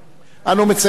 אנו מציינים השנה,